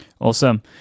Awesome